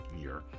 year